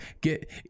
get